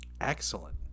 Excellent